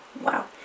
Wow